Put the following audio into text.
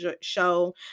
show